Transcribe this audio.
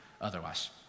otherwise